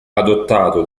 adottato